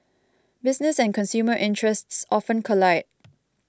business and consumer interests often collide